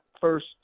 first